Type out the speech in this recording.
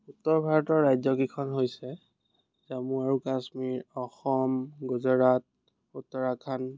উত্তৰ ভাৰতৰ ৰাজ্যকেইখন হৈছে জম্মু আৰু কাশ্মীৰ অসম গুজৰাট উত্তৰাখণ্ড